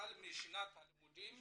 החל משנת הלימודים